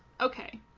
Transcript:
okay